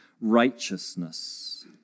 righteousness